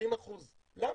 20%. למה?